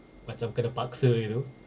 macam kena paksa gitu